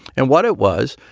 and what it was,